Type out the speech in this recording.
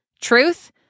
Truth